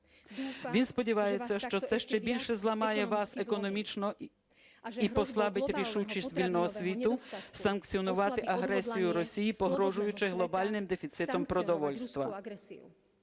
Він сподівається, що це ще більше зламає вас економічно і послабить рішучість вільного світу санкціонувати агресію Росії, погрожуючи глобальним дефіцитом продовольства.